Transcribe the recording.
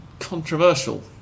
controversial